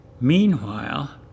Meanwhile